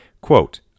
Quote